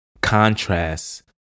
contrasts